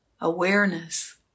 awareness